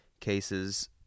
cases